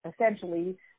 essentially